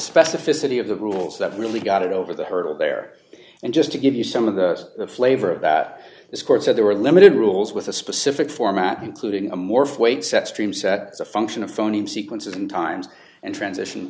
specificity of the rules that really got it over the hurdle there and just to give you some of the flavor of that this court said there were limited rules with a specific format including a morph weight set stream sets a function of phoneme sequences and times and transition